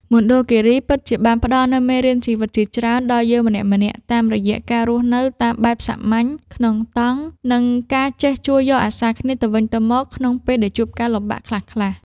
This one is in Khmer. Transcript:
មណ្ឌលគីរីពិតជាបានផ្តល់នូវមេរៀនជីវិតជាច្រើនដល់យើងម្នាក់ៗតាមរយៈការរស់នៅតាមបែបសាមញ្ញក្នុងតង់ និង ការចេះជួយយកអាសារគ្នាទៅវិញទៅមកក្នុងពេលដែលជួបការលំបាកខ្លះៗ។